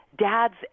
Dads